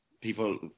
people